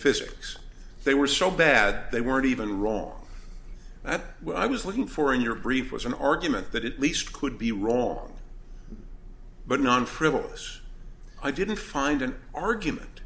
physics they were so bad they weren't even wrong that what i was looking for in your brief was an argument that it least could be wrong but non frivolous i didn't find an argument